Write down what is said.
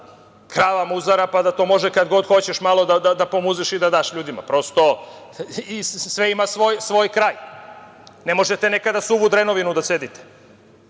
krava muzara, pa da možeš kad god hoćeš, malo da pomuzeš i da daš ljudima. Prosto, sve ima svoj kraj. Ne možete nekad suvu drenovinu da cedite.